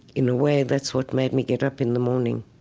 in a way, that's what made me get up in the morning,